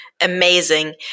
amazing